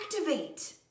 activate